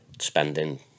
spending